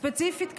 ספציפית,